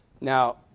Now